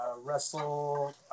wrestle